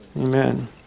Amen